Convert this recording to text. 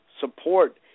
support